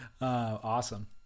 Awesome